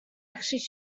actually